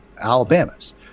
Alabama's